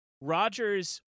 Rogers